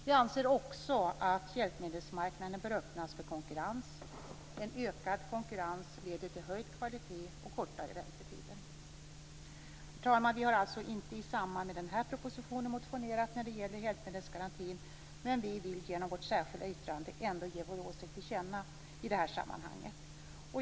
Vi anser också att hjälpmedelsmarknaden bör öppnas för konkurrens. En ökad konkurrens leder till höjd kvalitet och kortare väntetider. Herr talman! Vi har alltså inte motionerat om en hjälpmedelsgaranti i samband med den här propositionen, men genom vårt särskilda yttrande vill vi ändå ge vår åsikt till känna i det här sammanhanget.